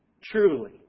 Truly